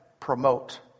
Promote